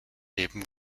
eben